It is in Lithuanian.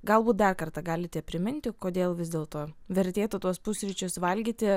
galbūt dar kartą galite priminti kodėl vis dėlto vertėtų tuos pusryčius valgyti